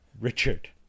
richard